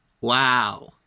Wow